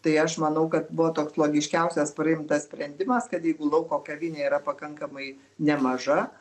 tai aš manau kad buvo toks logiškiausias priimtas sprendimas kad jeigu lauko kavinė yra pakankamai nemaža